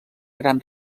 gran